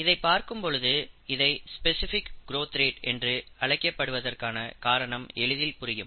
இதை பார்க்கும் பொழுது இதை ஸ்பெசிபிக் கிரோத் ரேட் என்று அழைக்கப்படுவதற்கான காரணம் எளிதில் புரியும்